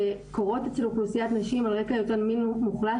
שקורות אצל אוכלוסיית הנשים על רקע היותן מין מוחלש,